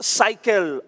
cycle